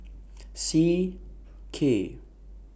C K